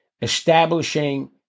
establishing